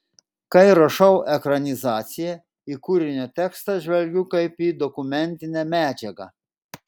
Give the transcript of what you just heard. kai rašau ekranizaciją į kūrinio tekstą žvelgiu kaip į dokumentinę medžiagą